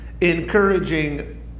encouraging